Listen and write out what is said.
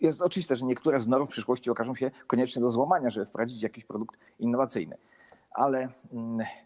Jest oczywiste, że niektóre z norm w przyszłości okażą się konieczne do złamania, żeby wprowadzić jakiś innowacyjny produkt.